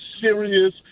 serious